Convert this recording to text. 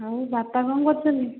ଆଉ ବାପା କ'ଣ କରୁଛନ୍ତି